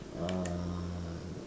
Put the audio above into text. uh